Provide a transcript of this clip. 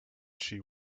she